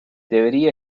debería